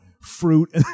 fruit